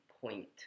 point